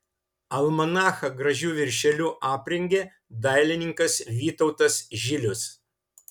almanachą gražiu viršeliu aprengė dailininkas vytautas žilius